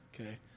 okay